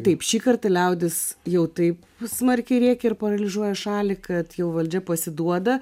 taip šįkart liaudis jau taip smarkiai rėkia ir paralyžiuoja šalį kad jau valdžia pasiduoda